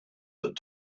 that